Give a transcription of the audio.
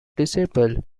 disable